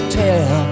tell